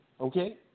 Okay